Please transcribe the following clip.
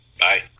Bye